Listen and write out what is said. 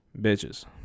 bitches